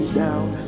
down